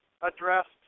addressed